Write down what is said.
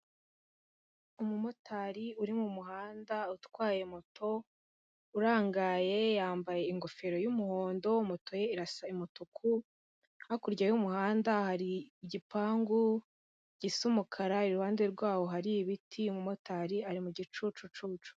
Umumotari uri mumuhanda utwaye moto, urangaye yambaye ingofero y'umuhondo, moto ye irasa umutuku, hakurya y'umuhanda hari igipangu gisa umukara, iruhande rwawo hari ibiti umumotari ari mu gicucu cy'ubucuruzi.